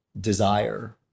desire